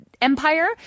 empire